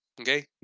Okay